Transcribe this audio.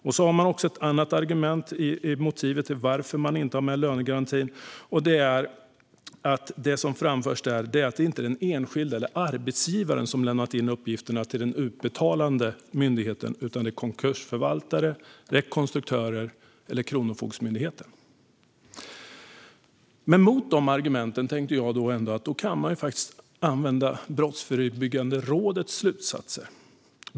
Man har också ett annat argument i motivet till varför lönegarantin inte är med, och det är att det inte är den enskilde eller arbetsgivaren som har lämnat in uppgifterna till den utbetalande myndigheten utan konkursförvaltaren, rekonstruktörerna eller Kronofogdemyndigheten. Mot dessa argument står Brottsförebyggande rådets slutsatser.